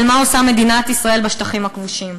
מה שעושה מדינת ישראל בשטחים הכבושים.